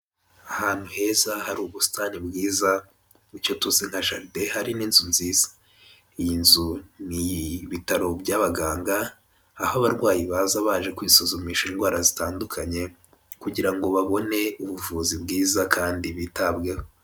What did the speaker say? Ahantu heza hari ubusitani bwiza ,icyo tuzi nka jaride, hari n'inzu nziza .Iyi nzu ni ibitaro by'abagangada aho abarwayi baza baje kwisuzumisha indwara zitandukanye, kugira ngo babone ubuvuzi bwiza kandi bitabweho.